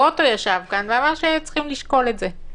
פרופ' גרוטו ישב כאן ואמר שצריכים לשקול את זה.